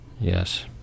Yes